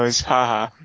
haha